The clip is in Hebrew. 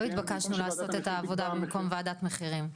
לא התבקשנו לעשות את העבודה במקום וועדת המחירים.